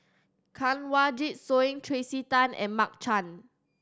Kanwaljit Soin Tracey Tan and Mark Chan